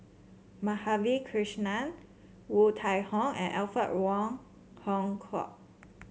Madhavi Krishnan Woon Tai Ho and Alfred Wong Hong Kwok